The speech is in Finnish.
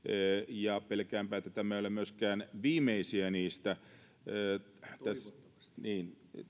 ja pelkäänpä että tämä ei ole myöskään viimeisiä niistä niin